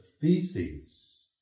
feces